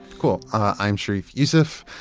cool. i'm sharif youssef.